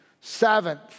Seventh